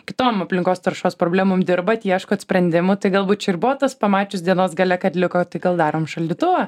kitom aplinkos taršos problemom dirbat ieškot sprendimų tai galbūt čia ir buvo tas pamačius dienos gale kad liko tai gal darom šaldytuvą